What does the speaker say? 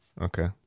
okay